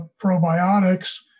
probiotics